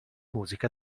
musica